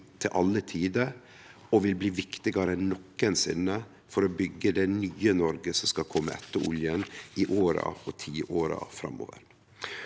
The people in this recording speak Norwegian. til alle tider, og som vil bli viktigare enn nokosinne for å byggje det nye Noreg som skal kome etter oljen i åra og tiåra framover.